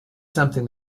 something